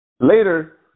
Later